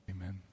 Amen